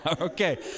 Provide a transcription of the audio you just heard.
okay